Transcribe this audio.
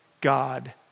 God